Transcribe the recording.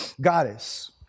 goddess